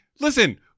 Listen